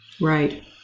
Right